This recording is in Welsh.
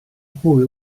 hwyl